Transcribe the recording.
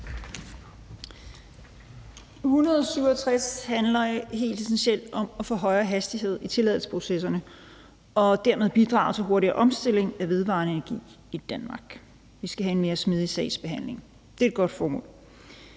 167 handler helt essentielt om at få højere hastighed i tilladelsesprocesserne og dermed bidrage til en hurtigere omstilling af vedvarende energi i Danmark. Vi skal have en mere smidig sagsbehandling. Det er et godt formål.